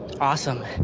awesome